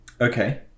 Okay